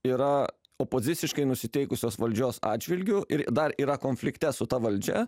yra opoziciškai nusiteikusios valdžios atžvilgiu ir dar yra konflikte su ta valdžia